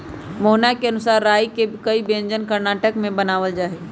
मोहना के अनुसार राई के कई व्यंजन कर्नाटक में बनावल जाहई